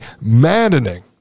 maddening